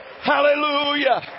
Hallelujah